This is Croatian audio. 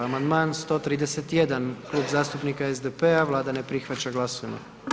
Amandman 131, Klub zastupnika SDP-a, Vlada ne prihvaća, glasujmo.